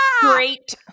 great